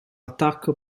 attacco